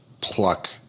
pluck